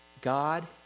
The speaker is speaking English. God